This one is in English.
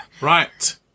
Right